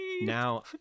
Now